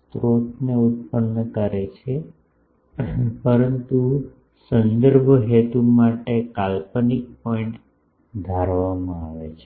સ્રોતોને ઉત્પન્ન કરે છે કરે છે પરંતુ સંદર્ભ હેતુ માટે કાલ્પનિક પોઇન્ટ ધારવામાં આવે છે